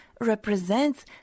represents